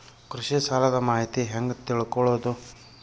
ಕೃಷಿ ಸಾಲದ ಮಾಹಿತಿ ಹೆಂಗ್ ತಿಳ್ಕೊಳ್ಳೋದು?